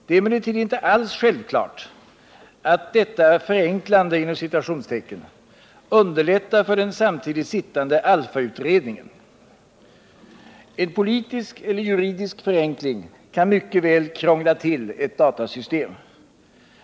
Det är emellertid inte alls självklart att detta ”förenklande” underlättar för den samtidigt sittande ALLFA-utredningen. En politisk eller juridisk ”förenkling” kan mycket väl krångla till ett datasystem.